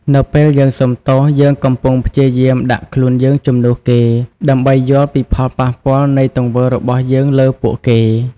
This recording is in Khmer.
នៅពេលយើងសុំទោស យើងកំពុងព្យាយាមដាក់ខ្លួនយើងជំនួសគេ ដើម្បីយល់ពីផលប៉ះពាល់នៃទង្វើរបស់យើងលើពួកគេ។